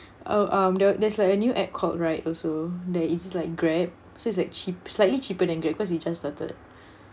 oh um there there's like a new app called RYDE also there it's like Grab so it's like cheap slightly cheaper than Grab because they just started